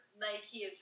Nike